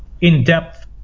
in-depth